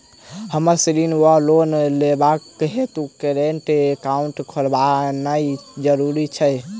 हमरा ऋण वा लोन लेबाक हेतु करेन्ट एकाउंट खोलेनैय जरूरी छै?